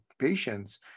patients